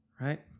right